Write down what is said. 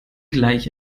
gleich